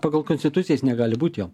pagal konstituciją jis negali būt jo